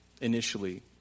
initially